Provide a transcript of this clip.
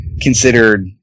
considered